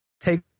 take